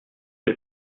les